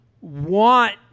want